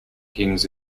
kings